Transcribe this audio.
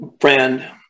friend